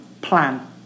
Plan